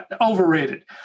Overrated